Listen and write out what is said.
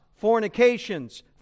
fornications